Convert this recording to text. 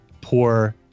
poor